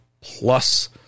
plus